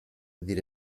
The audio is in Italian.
dire